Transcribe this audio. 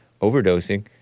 overdosing